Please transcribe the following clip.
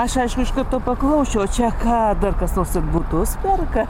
aš aišku iš karto paklausčiau čia ką kas nors ir butus perka